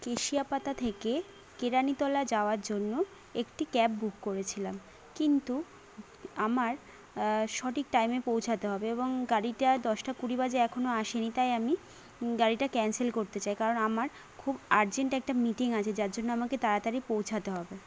কেশিয়াপাতা থেকে কেরানিতলা যাওয়ার জন্য একটি ক্যাব বুক করেছিলাম কিন্তু আমার সঠিক টাইমে পৌঁছাতে হবে এবং গাড়িটা দশটা কুড়ি বাজে এখনও আসে নি তাই আমি গাড়িটা ক্যানসেল করতে চাই কারণ আমার খুব আর্জেন্ট একটা মিটিং আছে যার জন্য আমাকে তাড়াতাড়ি পৌঁছাতে হবে